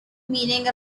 meaning